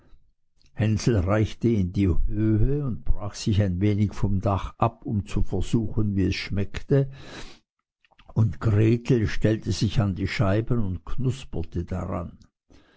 hänsel reichte in die höhe und brach sich ein wenig vom dach ab um zu versuchen wie es schmeckte und gretel stellte sich an die scheiben und knuperte daran